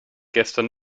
gestern